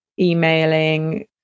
emailing